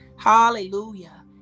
Hallelujah